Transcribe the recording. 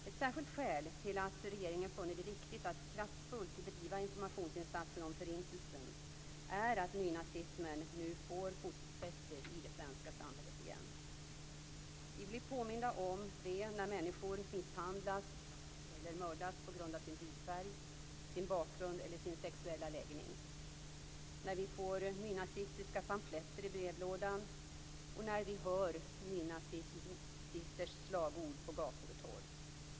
Ett särskilt skäl till att regeringen funnit det viktigt att kraftfullt driva informationsinsatsen om Förintelsen är att nynazismen nu får fotfäste i det svenska samhället igen. Vi blir påminda om det när människor misshandlas eller mördas på grund av sin hudfärg, sin bakgrund eller sin sexuella läggning, när vi får nynazistiska pamfletter i brevlådan och när vi hör nynazisters slagord på gator och torg.